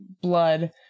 blood